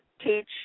teach